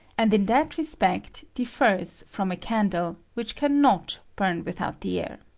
and in that respect dif fers from a candle, which can not bm-n with out the air.